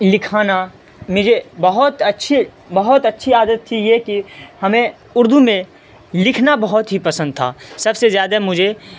لکھانا مجھے بہت اچھے بہت اچھی عادت تھی یہ کہ ہمیں اردو میں لکھنا بہت ہی پسند تھا سب سے زیادہ مجھے